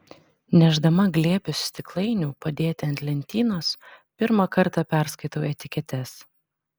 nešdama glėbius stiklainių padėti ant lentynos pirmą kartą perskaitau etiketes